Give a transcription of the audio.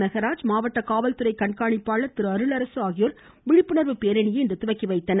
மெகராஜ் மாவட்ட காவல்துறை கண்காணிப்பாளர் திரு அருளரசு ஆகியோர் விழிப்புணர்வு பேரணியை இன்று துவக்கி வைத்தனர்